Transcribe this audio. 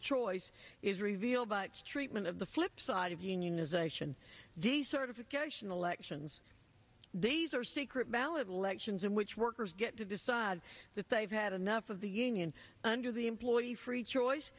choice is revealed treatment of the flip side of unionization decertification elections these are secret ballot elections in which workers get to decide that they've had enough of the union under the employee free choice